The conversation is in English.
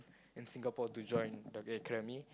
in Singapore to join the